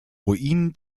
ruinen